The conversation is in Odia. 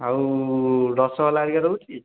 ଆଉ ରସଗୋଲା ହେରିକା ରହୁଛି